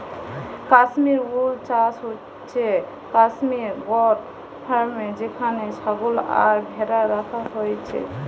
কাশ্মীর উল চাষ হচ্ছে কাশ্মীর গোট ফার্মে যেখানে ছাগল আর ভ্যাড়া রাখা হইছে